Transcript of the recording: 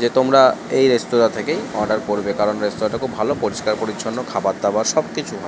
যে তোমরা এই রেস্তরাঁ থেকেই অর্ডার করবে কারণ রেস্তরাঁটা খুব ভালো পরিষ্কার পরিচ্ছন্ন খাবার দাবার সব কিছু ভালো